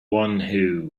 one